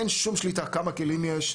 אין שום שליטה - כמה כלים יש,